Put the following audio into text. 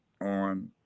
on